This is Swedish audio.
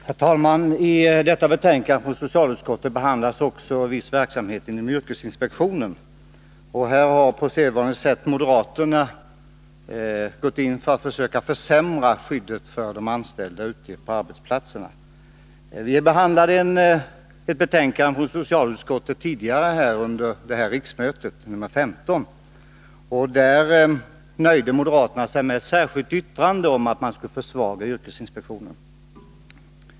Herr talman! I detta betänkande från socialutskottet behandlas också viss verksamhet inom yrkesinspektionen. Här har, på sedvanligt sätt, moderaterna gått in för att försämra skyddet för de anställda ute på arbetsplatserna. Vi behandlade betänkande nr 15 från socialutskottet tidigare under detta riksmöte. Där nöjde moderaterna sig med ett särskilt yttrande om att man skulle försvaga yrkesinspektionen.